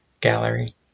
gallery